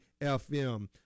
FM